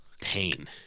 Pain